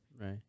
Right